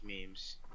memes